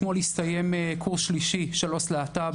אתמול הסתיים קורס שלישי של עו"ס להט"ב